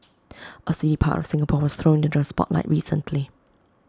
A seedy part of Singapore was thrown into the spotlight recently